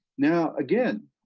now, again,